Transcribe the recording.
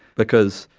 because,